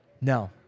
No